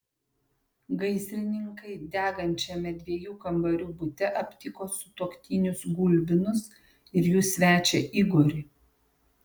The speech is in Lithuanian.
gaisrininkai degančiame dviejų kambarių bute aptiko sutuoktinius gulbinus ir jų svečią igorį